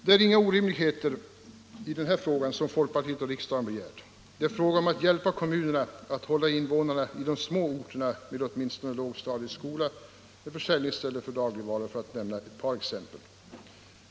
Det är inga orimligheter som folkpartiet — och riksdagen — begärt i den här frågan. Vi vill att man skall hjälpa kommunerna att hålla invånarna i de små orterna med åtminstone lågstadieskola och försäljningsställe för dagligvaror, för att nämna ett par exempel.